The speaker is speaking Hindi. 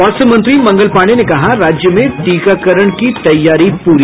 स्वास्थ्य मंत्री मंगल पांडेय ने कहा राज्य में टीकाकरण की तैयारी पूरी